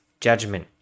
judgment